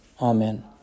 Amen